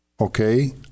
okay